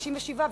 57,